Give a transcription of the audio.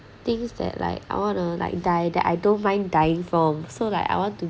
things that like I want to like die that I don't mind dying from so like I want to